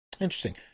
Interesting